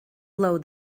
blow